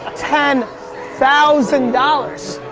ten thousand dollars.